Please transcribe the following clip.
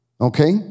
okay